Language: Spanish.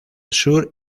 sur